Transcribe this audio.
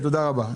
תודה רבה.